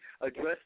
address